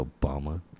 Obama